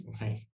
right